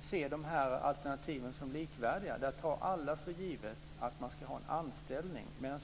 se de alternativen som likvärdiga? Där tar alla för givet att man ska ha en anställning.